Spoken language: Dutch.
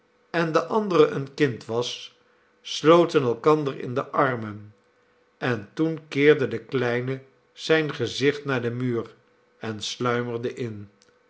en de andere een kind was sloten elkander in de armen en toen keerde de kleine zijn gezicht naar den muur en sluimerde in